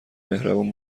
مهربون